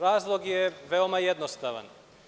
Razlog je veoma jednostavan.